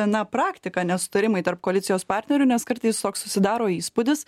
na praktika nesutarimai tarp koalicijos partnerių nes kartais toks susidaro įspūdis